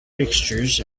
fixtures